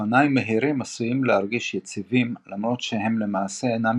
אופניים מהירים עשויים להרגיש יציבים למרות שהם למעשה אינם